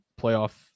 playoff